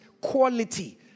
quality